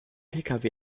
pkw